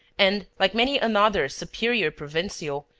and, like many another superior provincial,